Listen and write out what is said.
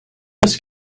this